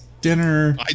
Dinner